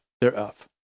thereof